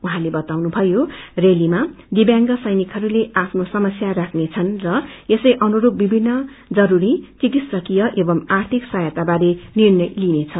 उझँले वताउनुभयो रैलीमा दिव्याग सैनिकहरूले आफ्नो समस्या राख्नेछन् र यसै अनुरूप विभिन्न जरूरी चिकित्सककीय एवं आर्थिक सहायता वारे निर्णय लिइनेछ